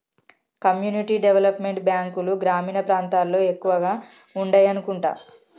community development బ్యాంకులు గ్రామీణ ప్రాంతాల్లో ఎక్కువగా ఉండాయనుకుంటా